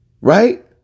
Right